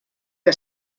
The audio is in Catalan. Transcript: que